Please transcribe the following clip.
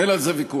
אין על זה ויכוח.